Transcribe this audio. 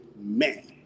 man